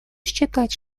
считать